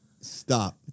Stop